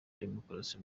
demokarasi